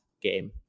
game